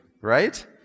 Right